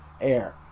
air